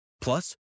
Plus